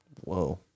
Whoa